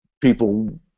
people